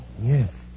Yes